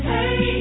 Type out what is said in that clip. Hey